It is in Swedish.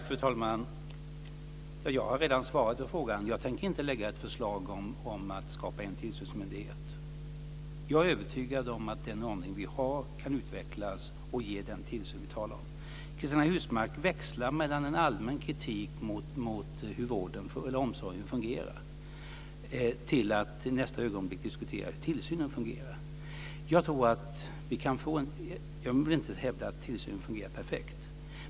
Fru talman! Jag har redan svarat på frågan. Jag tänker inte lägga fram något förslag om att skapa en tillsynsmyndighet. Jag är övertygad om att den ordning vi har kan utvecklas och ge den tillsyn vi talar om. Cristina Husmark växlar mellan en allmän kritik mot hur omsorgen fungerar och en diskussion om hur tillsynen fungerar. Jag vill inte hävda att tillsynen fungerar perfekt.